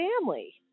family